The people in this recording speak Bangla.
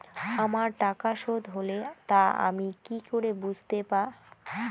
আমার টাকা শোধ হলে তা আমি কি করে বুঝতে পা?